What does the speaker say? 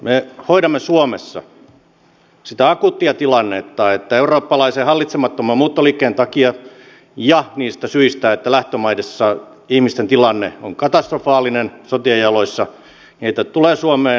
me hoidamme suomessa sitä akuuttia tilannetta että eurooppalaisen hallitsemattoman muuttoliikkeen takia ja niistä syistä että lähtömaissa ihmisten tilanne on katastrofaalinen sotien jaloissa heitä tulee suomeen